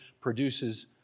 produces